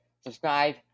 subscribe